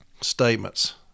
statements